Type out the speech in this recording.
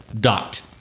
Dot